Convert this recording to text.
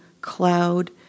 cloud